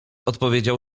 odpowiedział